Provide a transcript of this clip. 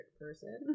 person